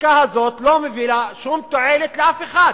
החקיקה הזאת לא מביאה שום תועלת לאף אחד,